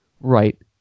right